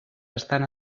estan